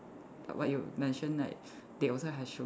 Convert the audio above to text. like what you mention like they also have sugar